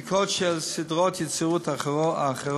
בדיקות של סדרות ייצור אחרות